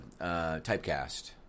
typecast